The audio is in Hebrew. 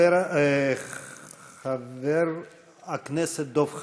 חבר הכנסת דב חנין,